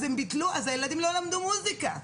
אז הם ביטלו והילדים לא למדו מוזיקה.